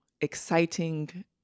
exciting